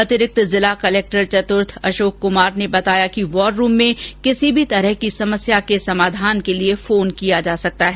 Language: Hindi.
अतिरिक्त जिला कलेक्टर चतुर्थ अशोक कुमार ने बताया कि वॉर रूम में किसी भी तरह की समस्या के समाधान के लिए फोन किया जा सकता है